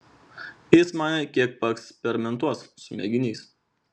jis manė kiek paeksperimentuos su mėginiais